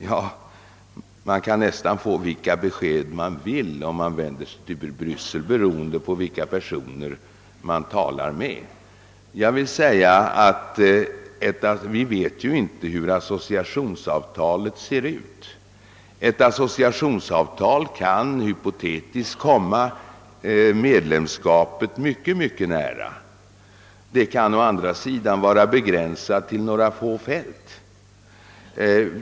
Ja, man kan få nästan vilka besked man vill från Bryssel, beroende på vilka personer man där talar med. Vi vet inte hur associationsavtalet ser ut. Det kan hypotetiskt komma medlemskapet mycket nära, men det kan också å andra sidan vara begränsat tili några få fält.